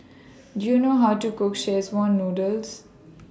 Do YOU know How to Cook Noodle